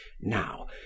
Now